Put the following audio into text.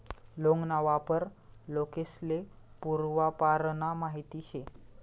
लौंग ना वापर लोकेस्ले पूर्वापारना माहित शे